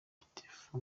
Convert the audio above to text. gitifu